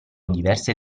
diverse